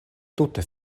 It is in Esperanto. tute